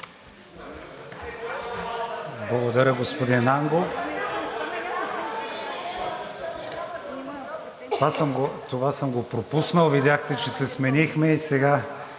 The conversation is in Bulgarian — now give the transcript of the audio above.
Благодаря, господин Ангов. Това съм го пропуснал. Видяхте, че се сменихме, и сега